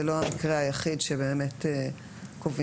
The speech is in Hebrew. זה לא המקרה היחיד שבאמת קובעים,